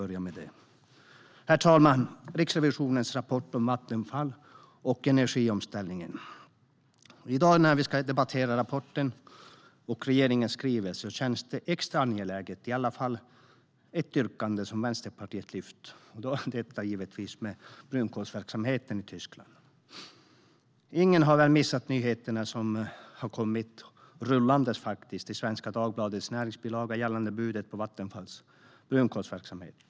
När vi nu debatterar Riksrevisionens rapport och regeringens skrivelse känns en av Vänsterpartiet reservationer extra angelägen, nämligen den om brunkolsverksamheten i Tyskland. Ingen har väl missat nyheten i Svenska Dagbladets näringslivsbilaga om budet på Vattenfalls brunkolsverksamhet.